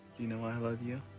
you know why i love you?